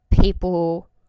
people